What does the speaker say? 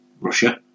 Russia